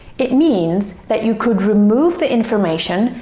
it means that you could remove the information,